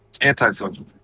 anti-social